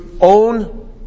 own